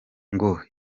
ngo